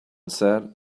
said